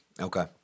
Okay